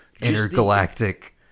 intergalactic